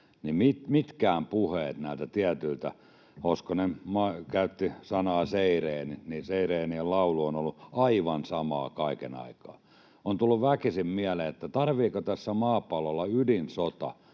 kaikki puhe näiltä tietyiltä — Hoskonen käytti sanaa ”seireenit” —, seireenien laulu, on ollut aivan samaa kaiken aikaa. On tullut väkisin mieleen: tarvitaanko tällä maapallolla ydinsota